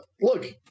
look